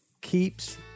Keeps